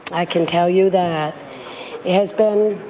i can tell you that has been